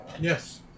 Yes